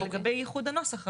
לגבי איחוד הנוסח,